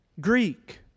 Greek